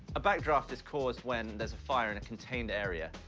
a backdraft is caused when there's a fire in a contained area.